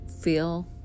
feel